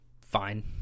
fine